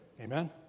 Amen